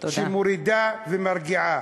שמורידה ומרגיעה.